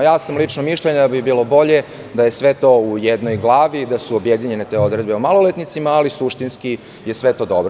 Lično sam mišljenja da bi bilo bolje da je sve to u jednoj glavi, da su objedinjene te odredbe o maloletnicima, ali suštinski je sve to dobro.